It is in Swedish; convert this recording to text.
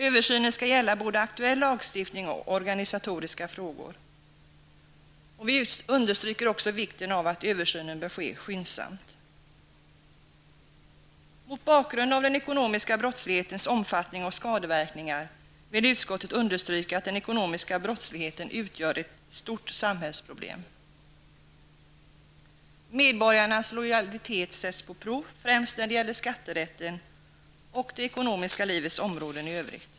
Översynen skall gälla både aktuell lagstiftning och organisatoriska frågor. Vi understyker även att översynen bör ske skyndsamt. Mot bakgrund av den ekonomiska brottslighetens omfattning och skadeverkningar vill utskottet understryka att den ekonomiska brottsligheten utgör ett stort samhällsproblem. Medborgarnas lojalitet sätts på prov, främst när det gäller skatterätten och det ekonomiska livets områden i övrigt.